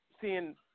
seeing